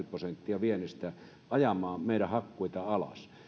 prosenttia viennistä ajamaan meidän hakkuita alas